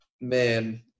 Man